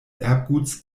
erbguts